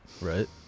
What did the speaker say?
right